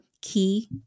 key